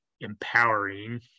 empowering